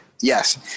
yes